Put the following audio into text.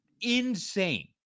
Insane